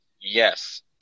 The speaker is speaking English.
Yes